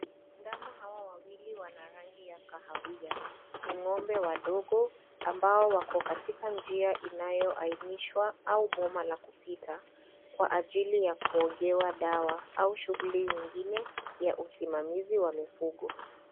Ndama hawa wawili wana rangi ya kahawia ni ng'ombe wadogo ambao wako katika njia ya kuainishwa au boma la kipita ili kuwekewa dawa au shughuli nyingine ya usimamizi wa mifugo.